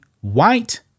white